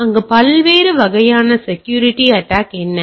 இப்போது அங்கு பல்வேறு வகையான செக்யூரிட்டி அட்டாக் என்ன